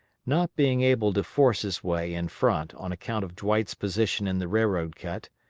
not being able to force his way in front on account of dwight's position in the railroad cut,